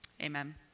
amen